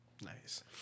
Nice